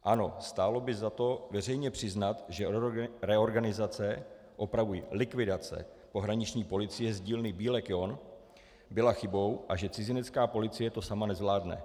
Ano, stálo by za to veřejně přiznat, že reorganizace opravuji, likvidace pohraniční policie z dílny BílekJohn byla chybou a že cizinecká policie to sama nezvládne.